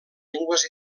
llengües